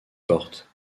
portes